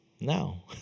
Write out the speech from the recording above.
now